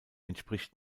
entspricht